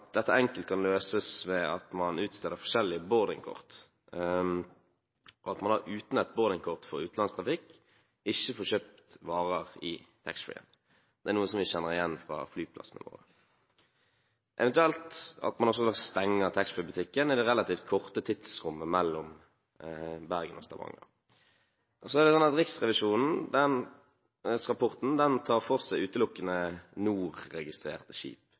dette enkelt kan løses ved at man utsteder forskjellige boardingkort, og at man uten et boardingkort for utenlandstrafikk ikke får kjøpt varer i taxfree-en. Det er noe som vi kjenner igjen fra flyplassene våre. Eventuelt kan man stenge taxfree-butikken i det relativt korte tidsrommet mellom Bergen og Stavanger. Så er det sånn at riksrevisjonsrapporten tar for seg utelukkende NOR-registrerte skip,